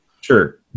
Sure